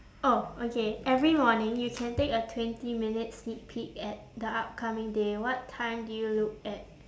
oh okay every morning you can take a twenty minutes sneak peek at the upcoming day what time do you look at